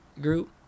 Group